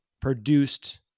produced